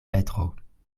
petro